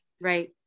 Right